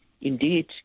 indeed